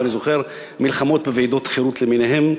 ואני זוכר מלחמות בוועידות חרות למיניהן,